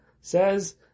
says